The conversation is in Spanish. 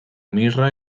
mirra